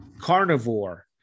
carnivore